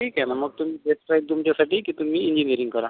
ठीक आहे ना मग तुम्ही बेस्ट आहे तुमच्यासाठी की तुम्ही इंजिनिअरिंग करा